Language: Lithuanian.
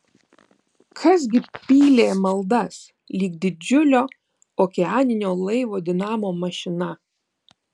kas gi pylė maldas lyg didžiulio okeaninio laivo dinamo mašina